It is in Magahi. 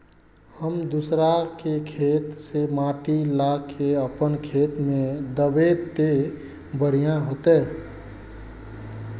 हम दूसरा के खेत से माटी ला के अपन खेत में दबे ते बढ़िया होते?